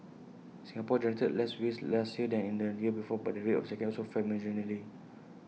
Singapore generated less waste last year than in the year before but the rate of recycling also fell marginally